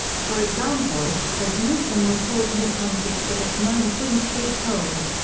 for example, rasmussen reports missed on six of its nine swing-state polls.